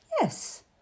Yes